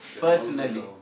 personally